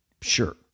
sure